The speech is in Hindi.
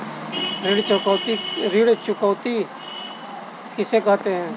ऋण चुकौती किसे कहते हैं?